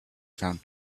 found